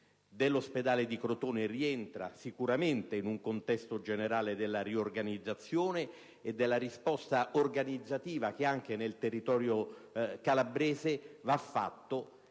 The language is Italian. dell'ospedale di Crotone rientri nel contesto generale della riorganizzazione e della risposta organizzativa che anche nel territorio calabrese va data